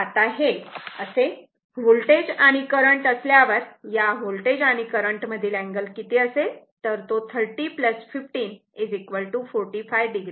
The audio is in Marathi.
तेव्हा आता हे असे होल्टेज आणि करंट असल्यावर या होल्टेज आणि करंट मधील अँगल किती असेल तर तो 30 15 45 o आहे